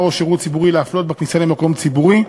או שירות ציבורי להפלות בכניסה למקום ציבורי,